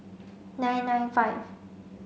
nine nine five